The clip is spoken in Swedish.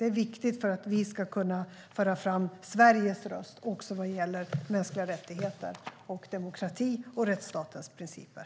Det är viktigt för att vi ska kunna föra fram Sveriges röst också vad gäller mänskliga rättigheter, demokrati och rättsstatens principer.